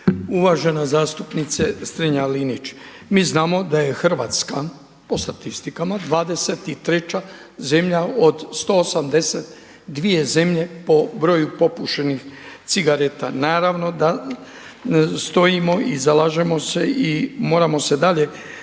Uvažena zastupnice STrenja-Linić, mi znamo da je Hrvatska po statistikama 23. zemlja od 182 zemlje po broju popušenih cigareta. Naravno da stojimo i zalažemo se i moramo se dalje